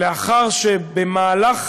לאחר שבמהלך